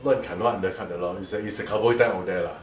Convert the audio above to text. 乱砍乱 undercut 的 lor it's a it's a company guideholder lah